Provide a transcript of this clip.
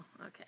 okay